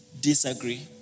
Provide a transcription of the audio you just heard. disagree